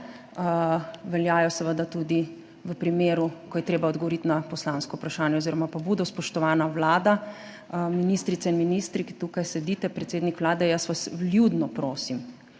veljajo seveda tudi v primeru, ko je treba odgovoriti na poslansko vprašanje oziroma pobudo. Spoštovana vlada, ministrice in ministri, ki tukaj sedite, predsednik Vlade, jaz vas vljudno prosim,